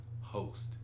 host